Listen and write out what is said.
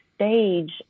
Stage